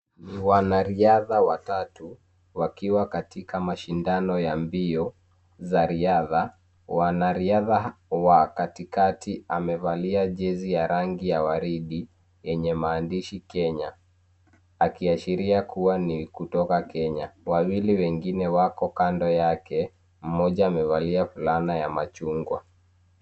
Ni wanariadha watatu wakiwa katika mashindano ya mbio za riadha. Mwanariadha wa katikati amevalia jezi ya rangi ya waridi yenye maandishi Kenya akiashiria kuwa ni kutoka Kenya. Wawili wengine wako kando yake mmoja amevalia fulana ya machungwa.